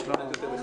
רק תזדהו,